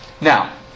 Now